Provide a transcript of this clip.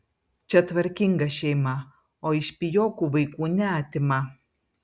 čia tvarkinga šeima o iš pijokų vaikų neatima